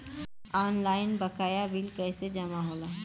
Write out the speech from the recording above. Online बकाया bill कैसे जमा होला?